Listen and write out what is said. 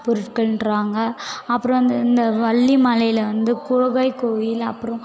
பொருட்கள்கிறாங்க அப்புறம் அந்த இந்த வள்ளிமலையில் வந்து குகைக்கோவில் அப்புறம்